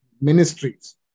ministries